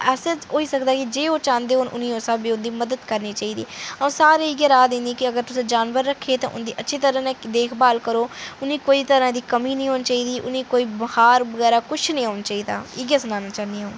जे ओह् चांह्दे न उ'नें गी उस स्हाबै दी उं'दी मदद करनी चाहिदी अ'ऊं सारें गी इ'यै राऽ दिन्नी कि अगर तुसें जानवर रक्खे दे ते उं'दी मदद करो उ'नें गी कोई कमी निं होनी चाहिदी उ'नें गी कोई बुखार बगैरा किश निं होना चाहिदा इ'यै सनाना चाह्न्नी अ'ऊं